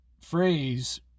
phrase